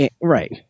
right